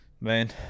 man